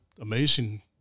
amazing